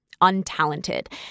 untalented